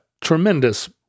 tremendous